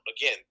Again